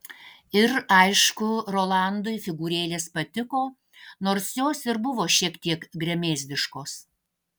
ir aišku rolandui figūrėlės patiko nors jos ir buvo šiek tiek gremėzdiškos